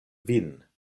vin